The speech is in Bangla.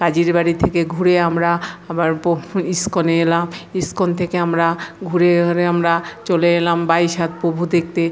কাজীর বাড়ি থেকে ঘুরে আমরা আবার পো ইস্কনে এলাম ইস্কন থেকে আমরা ঘুরে ঘারে আমরা চলে এলাম বাইশ হাত প্রভু দেখতে